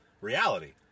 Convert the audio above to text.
reality